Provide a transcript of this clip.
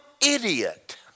idiot